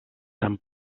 tan